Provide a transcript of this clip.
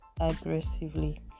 aggressively